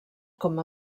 com